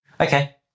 Okay